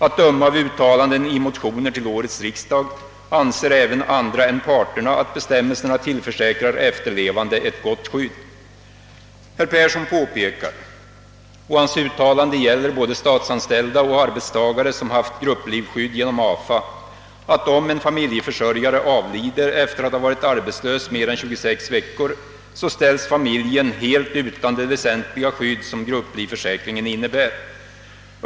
Att döma av uttalanden i motioner till årets riksdag anser även andra än parterna att bestämmelserna tillförsäkrar efterlevande ett gott skydd. Herr Persson påpekar — och hans uttalande gäller både statsanställda och arbetstagare som haft grupplivskydd genom AFA — att om en familjeförsörjare avlider efter att ha varit arbetslös mer än 26 veckor så ställs familjen helt utan det väsentliga skydd som grupplivförsäkringen innebär.